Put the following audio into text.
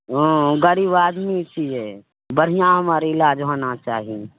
हँ गरीब आदमी छियै बढ़िआँ हमर इलाज होना चाही